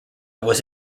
was